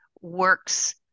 works